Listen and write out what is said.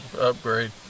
Upgrade